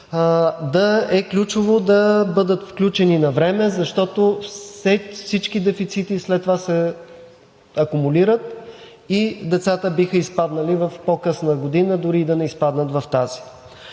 градини, да бъдат включени навреме, защото всички дефицити след това се акумулират и децата биха изпаднали в по-късна година, дори и да не изпаднат в тази.